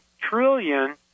trillion